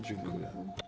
Dziękuję.